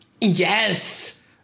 Yes